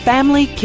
Family